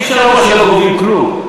אי-אפשר לומר שלא גובים כלום,